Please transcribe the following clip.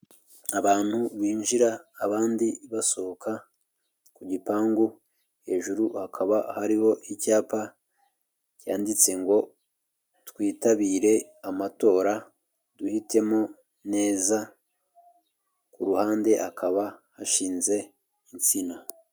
Abantu binjira abandi basohoka ku gipangu, hejuru hakaba hariho icyapa yanditse ngo "Twitabire amatora duhitemo neza" Ku ruhande hakaba hashinze insina.